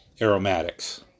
aromatics